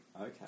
Okay